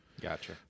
Gotcha